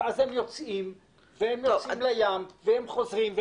הם יוצאים לים והם חוזרים.